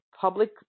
public